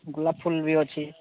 ଗୋଲାପଫୁଲ ବି ଅଛି